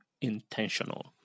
intentional